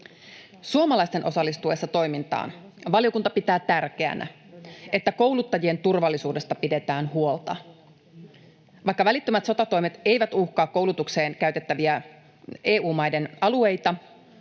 Suomalaisten osallistuessa toimintaan valiokunta pitää tärkeänä, että kouluttajien turvallisuudesta pidetään huolta. Vaikka välittömät sotatoimet eivät uhkaa koulutukseen käytettäviä EU-maiden alueita,